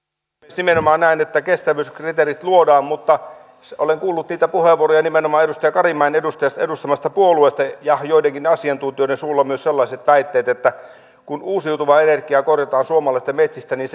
nimenomaan näin että kestävyyskriteerit luodaan mutta olen kuullut niitä puheenvuoroja nimenomaan edustaja karimäen edustamasta puolueesta ja joidenkin asiantuntijoiden suusta myös sellaisia väitteitä että kun uusiutuvaa energiaa korjataan suomalaisista metsistä niin